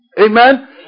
Amen